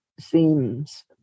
seems